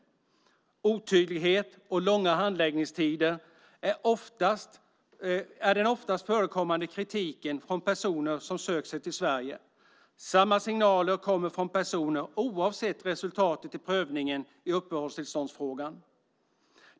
Otydlighet och långa handläggningstider är den oftast förekommande kritiken från personer som sökt sig till Sverige. Samma signaler kommer från personerna oavsett resultat av prövningen i uppehållstillståndsfrågan.